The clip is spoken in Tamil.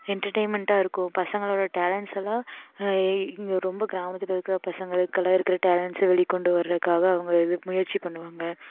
என்டர்டைமெண்ட்டாக இருக்கும் பசங்களோட டேலண்ட்ஸ் எல்லாம் ரொம்ப கிராமத்தில் இருக்கிற பசங்களுக்குயெல்லாம் இருக்கிற டேலண்ட்ஸ் வெளி கொண்டுவரதுக்காக அவங்க முயற்சி பண்ணுவாங்க